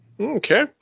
Okay